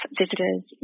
visitors